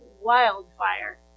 wildfire